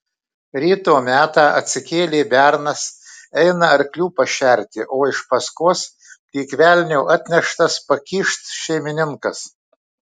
ryto metą atsikėlė bernas eina arklių pašerti iš paskos lyg velnio atneštas pakyšt šeimininkas